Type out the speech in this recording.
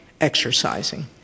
exercising